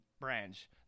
Branch